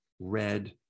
red